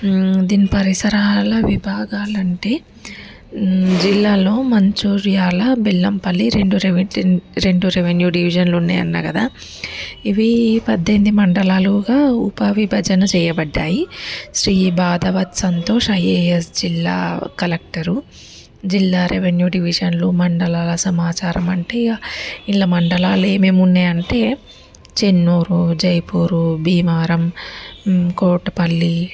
దీని పరిసరాల విభాగాలు అంటే జిల్లాలో మంచిర్యాల బెల్లంపల్లి రెండు రెవిన్ రెండు రెవెన్యూ డివిజన్లు ఉన్నాయి అన్న కదా ఇవి పద్దెనిమిది మండలాలుగా ఉపాధి విభజన చేయబడ్డాయి శ్రీ భాధవా సంతోష్ ఐఏఎస్ జిల్లా కలెక్టర్ జిల్లా రెవెన్యూ డివిజన్లు మండల సమాచారం అంటే ఇందులో మండలాలు ఏమేమి ఉన్నాయి అంటే చెన్నూరు జైపూర్ భీమారం కోటపల్లి